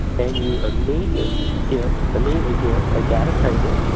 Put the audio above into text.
and you immediately get immediately get a data table,